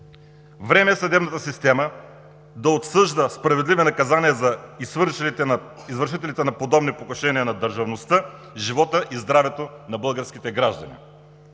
Време е съдебната система да отсъжда справедливи наказания на извършителите на подобни покушения на държавността, живота и здравето на българските граждани.